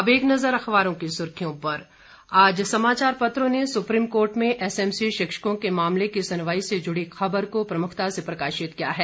अब एक नजर अखबारों की सुर्खियों पर आज समाचार पत्रों ने सुप्रीम कोर्ट में एसएमसी शिक्षकों के मामले की सुनवाई से जुड़ी खबर को प्रमुखता से प्रकाशित किया है